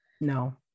No